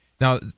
Now